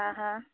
आ हां